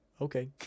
okay